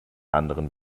anderen